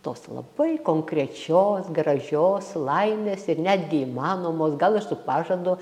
tos labai konkrečios gražios laimės ir netgi įmanomos gal ir su pažadu